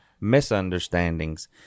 misunderstandings